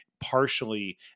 partially